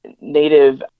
native